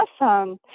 Awesome